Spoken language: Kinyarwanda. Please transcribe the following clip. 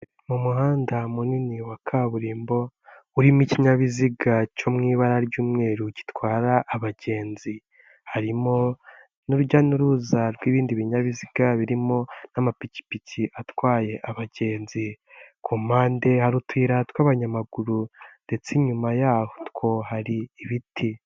Mu muhanda munini wa kaburimbo urimo ikinyabiziga cyo mu ibara ry'umweru gitwara abagenzi, harimo n'urujya n'uruza rw'ibindi binyabiziga birimo n'amapikipiki atwaye abagenzi, ku mpande hari utuyira tw'abanyamaguru ndetse inyuma yatwo hari ibiti.